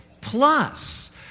Plus